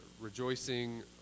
rejoicing